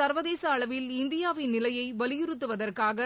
ச்வதேச அளவில் இந்தியாவின் நிலையை வலியுறுத்துவதற்காக